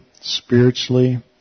spiritually